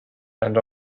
and